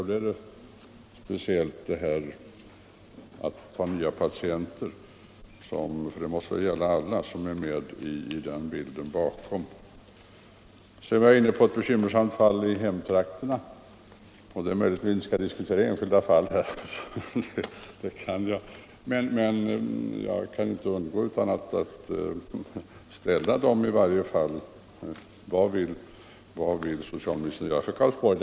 Här tänker jag speciellt på det här att ta emot nya patienter, för det måste väl gälla alla som är med i bilden. Sedan tog jag upp ett bekymmersamt fall i mina hemtrakter. Det är möjligt att vi inte skall diskutera enskilda fall här, men jag kan inte underlåta att ställa frågan: Vad vill socialministern göra i Karlsborg?